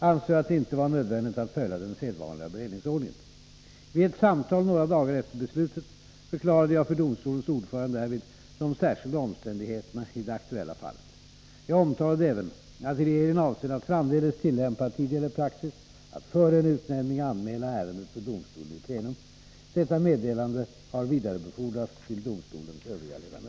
Är statsministern villig att ge riksdagen en redogörelse för vilka överväganden som gjordes vid utnämningen av förutvarande justitieministern till justitieråd och ledamot av högsta domstolen och hur beredningen av detta ärende skedde?